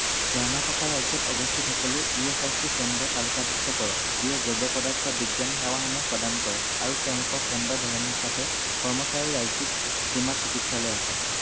কৰ্ণাটকা ৰাজ্যত অৱস্থিত সকলো ই এচ আই চি কেন্দ্ৰ তালিকাভুক্ত কৰক যিয়ে জৈৱপদাৰ্থ বিজ্ঞান সেৱাসমূহ প্ৰদান কৰে আৰু তেওঁলোকৰ কেন্দ্ৰৰ ধৰণ হিচাপে কৰ্মচাৰীৰ ৰাজ্যিক বীমা চিকিৎসালয় আছে